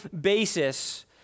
basis